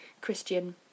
Christian